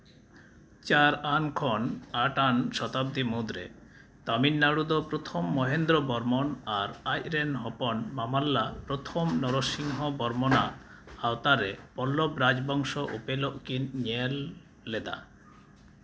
ᱪᱟᱨ ᱟᱱ ᱠᱷᱚᱱ ᱟᱴ ᱟᱱ ᱥᱚᱛᱟᱵᱫᱤ ᱢᱩᱫᱽᱨᱮ ᱛᱟᱹᱢᱤᱞᱱᱟᱹᱰᱩ ᱫᱚ ᱯᱨᱚᱛᱷᱚᱢ ᱢᱚᱦᱮᱱᱫᱨᱚ ᱵᱚᱨᱢᱚᱱ ᱟᱨ ᱟᱡ ᱨᱮᱱ ᱦᱚᱯᱚᱱ ᱢᱟᱢᱟᱞᱞᱟ ᱯᱨᱚᱛᱷᱚᱢ ᱵᱚᱨᱢᱚᱱᱟᱜ ᱟᱣᱛᱟᱨᱮ ᱯᱚᱞᱞᱚᱵᱽ ᱨᱟᱡᱽ ᱵᱚᱝᱥᱚ ᱩᱯᱮᱞ ᱠᱤᱱ ᱧᱮᱞ ᱞᱮᱫᱟ